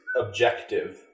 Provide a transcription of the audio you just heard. objective